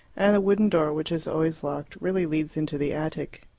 and the wooden door, which is always locked, really leads into the attic.